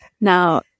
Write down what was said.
Now